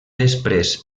després